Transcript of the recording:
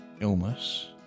illness